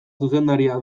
zuzendaria